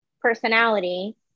personality